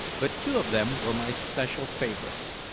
but two of them were my special favourites.